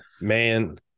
man